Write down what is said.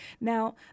Now